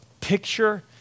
picture